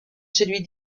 celui